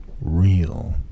real